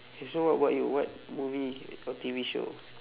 so what what you what movie or T_V show